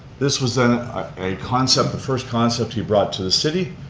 this was then a concept, the first concept he brought to the city,